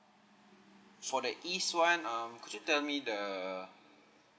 for the east one um could you tell me the